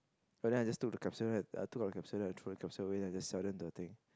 oh then I just took the capsule right I took out the capsule then I throw the capsule away then I just sell them the thing